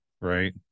right